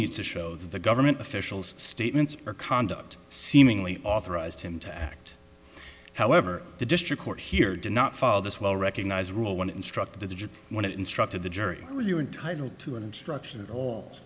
needs to show the government officials statements or conduct seemingly authorized him to act however the district court here did not follow this well recognized rule when it instructed the jury when it instructed the jury oh you are entitled to an instruction at all